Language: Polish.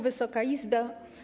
Wysoka Izbo!